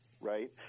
right